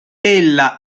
ella